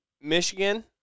Michigan